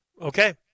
Okay